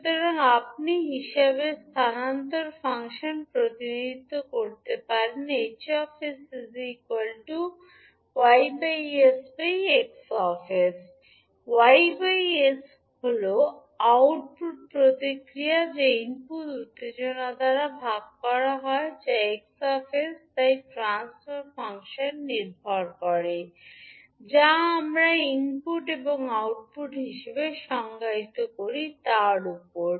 সুতরাং আপনি হিসাবে স্থানান্তর ফাংশন প্রতিনিধিত্ব করতে পারেন 𝑌 𝑠 হল আউটপুট প্রতিক্রিয়া যা ইনপুট উত্তেজনা দ্বারা ভাগ করা হয় যা X 𝑠 তাই ট্রান্সফার ফাংশন নির্ভর করে যা আমরা ইনপুট এবং আউটপুট হিসাবে সংজ্ঞায়িত করি তার উপর